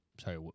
Sorry